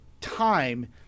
time